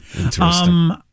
Interesting